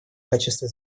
качестве